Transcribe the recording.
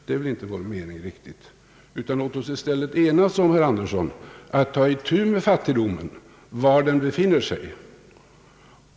Det är väl inte riktigt vår uppgift. Låt oss i stället enas om, herr Andersson, att ta itu med fattigdomen var den än befinner sig!